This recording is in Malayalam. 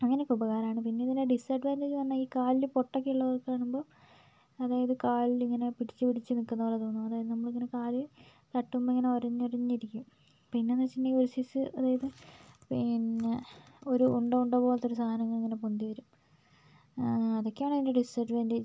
അങ്ങനെയൊക്കെ ഉപകാരമാണ് പിന്നെ ഇതിൻ്റെ ഡിസഡ്വാൻറ്റേജ് പറഞ്ഞാൽ ഈ കാലിൽ പൊട്ടൊക്കെയുള്ള ദിവസാവുമ്പോൾ അതായത് കാലിലിങ്ങനെ പിടിച്ച് പിടിച്ച് നിൽക്കുന്നത്പോലെ തോന്നും അതായത് നമ്മളിങ്ങനെ കാല് തട്ടുമ്പോൾ ഇങ്ങനെ ഉരഞ്ഞുരഞ്ഞ് ഇരിക്കും പിന്നെന്ന് വെച്ചിട്ടുണ്ടെങ്കിൽ ഒരു സൈസ് അതായത് പിന്നെ ഒരു ഉണ്ട ഉണ്ട പോലത്തൊരു സാധനങ്ങൾ ഇങ്ങനെ പൊന്തി വരും അതൊക്കെയാണ് അതിൻ്റെ ഡിസഡ്വാൻറ്റേജ്